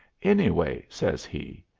anyway, says he,